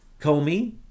Comey